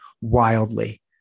Wildly